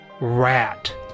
Rat